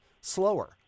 slower